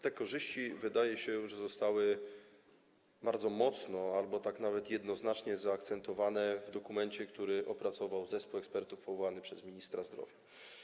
Te korzyści, wydaje się, zostały bardzo mocno, albo nawet jednoznacznie, zaakcentowane w dokumencie, który opracował zespół ekspertów powołany przez ministra zdrowia.